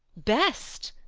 best!